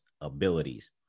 abilities